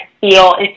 feel